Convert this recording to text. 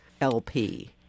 LP